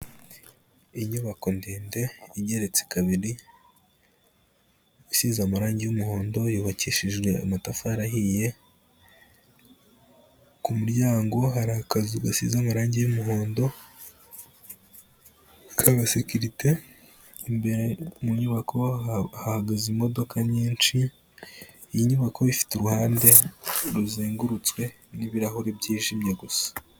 Inyubako ndende ingeretse kabiri, isize amarangi y'umuhondo, yubakishijwe amatafari ahiye, ku muryango hari akazu gasize amarangi y'umuhondo, k'abasekirite, imbere mu nyubako hagaze imodoka nyinshi, iyi nyubako ifite uruhande ruzengurutswe n'ibirahuri byijimye gusa.